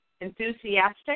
enthusiastic